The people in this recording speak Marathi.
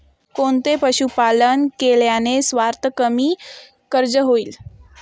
कोणते पशुपालन केल्याने सर्वात कमी खर्च होईल?